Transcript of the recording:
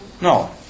No